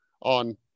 on